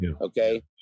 Okay